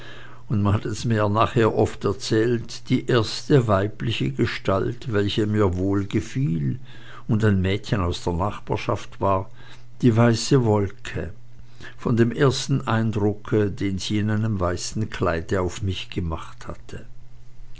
und man hat es mir nachher oft erzählt die erste weibliche gestalt welche mir wohlgefiel und ein mädchen aus der nachbarschaft war die weiße wolke von dem ersten eindrucke den sie in einem weißen kleide auf mich gemacht hatte